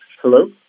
Hello